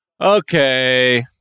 Okay